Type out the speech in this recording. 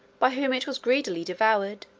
by whom it was greedily devoured.